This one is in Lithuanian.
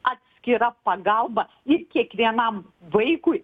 atskira pagalba ir kiekvienam vaikui